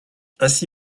ainsi